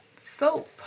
soap